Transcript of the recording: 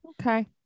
okay